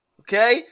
Okay